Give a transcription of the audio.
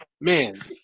man